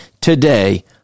today